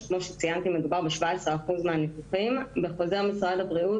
שכמו שציינתי מדובר ב-17 אחוז מהניתוחים: בחוזר משרד הבריאות